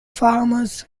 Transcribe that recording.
farmers